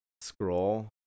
scroll